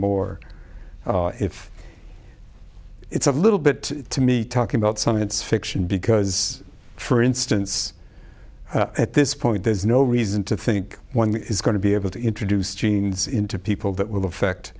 more if it's a little bit to me talking about science fiction because for instance at this point there's no reason to think one is going to be able to introduce genes into people that will affect